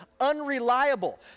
unreliable